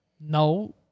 No